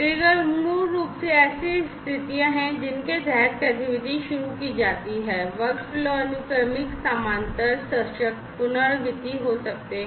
trigger मूल रूप से ऐसी स्थितियां हैं जिनके तहत गतिविधि शुरू की जाती है वर्कफ़्लो अनुक्रमिक समानांतर सशर्त पुनरावृत्ति हो सकते हैं